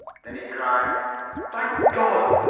then he cried thank god!